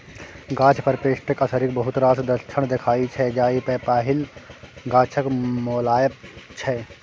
गाछ पर पेस्टक असरिक बहुत रास लक्षण देखाइ छै जाहि मे पहिल गाछक मौलाएब छै